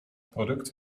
product